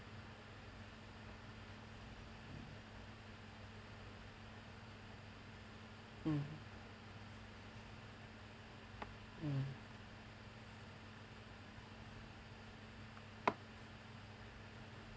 mm mm